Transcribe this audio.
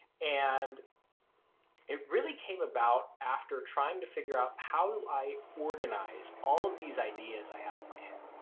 and it really came about after trying to figure out how do i organise all of these ideas i have in my head.